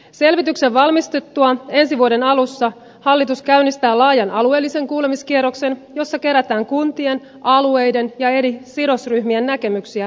selvityksen valmistuttua ensi vuoden alussa hallitus käynnistää laajan alueellisen kuulemiskierroksen jossa kerätään kuntien alueiden ja eri sidosryhmien näkemyksiä esitettyihin vaihtoehtoihin